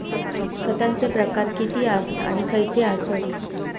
खतांचे प्रकार किती आसत आणि खैचे आसत?